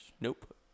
Nope